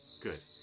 Good